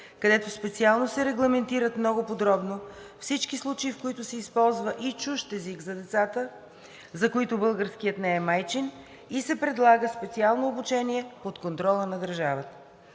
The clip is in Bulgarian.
където специално се регламентират много подробно всички случаи, в които се използва и чужд език за децата, за които българският не е майчин, и се предлага специално обучение под контрола на държавата.